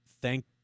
thank